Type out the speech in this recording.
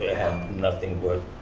nothing but